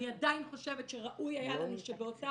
אני עדיין חושבת שראוי היה לנו שבאותה